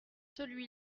celui